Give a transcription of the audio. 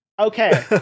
Okay